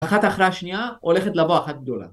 אחת אחרי השנייה, הולכת לבוא אחת גדולה.